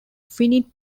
finite